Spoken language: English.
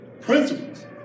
Principles